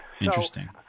Interesting